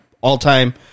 all-time